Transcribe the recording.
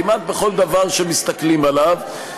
כמעט בכל דבר שמסתכלים עליו.